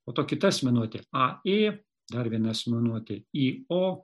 po to kita asmenuotė a ė dar viena asmenuotė i o